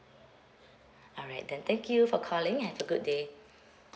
alright then thank you for calling have a good day